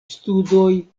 studoj